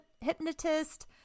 hypnotist